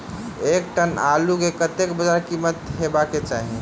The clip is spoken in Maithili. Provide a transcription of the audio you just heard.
एक टन आलु केँ कतेक बजार कीमत हेबाक चाहि?